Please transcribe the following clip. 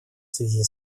связи